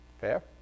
Fair